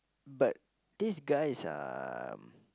but these guys are